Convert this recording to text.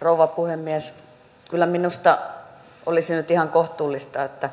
rouva puhemies kyllä minusta olisi nyt ihan kohtuullista että